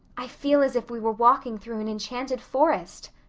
i feel as if we were walking through an enchanted forest,